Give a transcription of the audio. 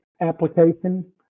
application